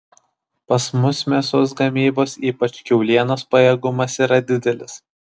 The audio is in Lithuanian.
pas mus mėsos gamybos ypač kiaulienos pajėgumas yra didelis